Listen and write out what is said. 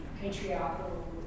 patriarchal